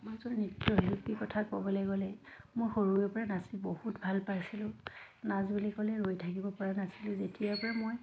সমাজৰ নৃত্য শিল্পীৰ কথা ক'বলৈ গ'লে মই সৰুৰে পৰা নাচি বহুত ভাল পাইছিলোঁ নাচ বুলি ক'লে ৰৈ থাকিব পৰা নাছিলোঁ যেতিয়াৰ পৰা মই